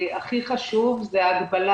הכי חשוב זו ההגבלה